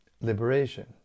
liberation